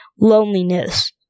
loneliness